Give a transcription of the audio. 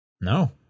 No